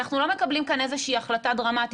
אנחנו לא מקבלים כאן איזה שהיא החלטה דרמטית.